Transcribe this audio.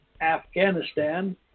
Afghanistan